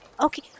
okay